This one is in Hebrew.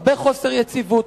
הרבה חוסר יציבות,